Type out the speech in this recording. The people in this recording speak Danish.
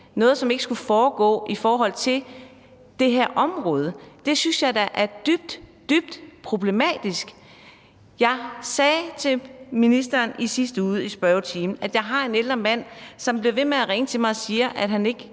noget, som ikke skulle foregå i forhold til det her område? Det synes jeg da er dybt, dybt problematisk. Jeg sagde til ministeren i sidste uge i spørgetimen, at jeg har en ældre mand, som bliver ved med at ringe til mig og sige, at han ikke kan